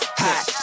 hot